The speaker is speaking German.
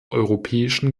europäischen